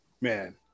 Man